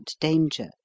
danger